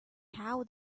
how